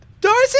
Darcy